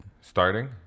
Starting